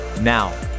Now